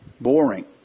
boring